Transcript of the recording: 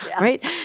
Right